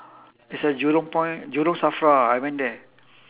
it's at jurong point jurong SAFRA ah I went there